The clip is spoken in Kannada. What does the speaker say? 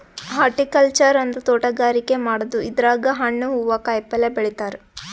ಹಾರ್ಟಿಕಲ್ಚರ್ ಅಂದ್ರ ತೋಟಗಾರಿಕೆ ಮಾಡದು ಇದ್ರಾಗ್ ಹಣ್ಣ್ ಹೂವಾ ಕಾಯಿಪಲ್ಯ ಬೆಳಿತಾರ್